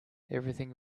everything